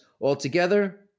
altogether